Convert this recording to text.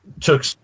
took